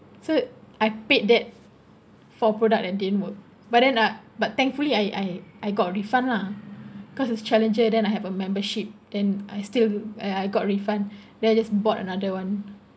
so I paid that for product that didn't work but then uh but thankfully I I I got refund lah cause the Challenger there I have a membership and I still and I got refund then I just bought another one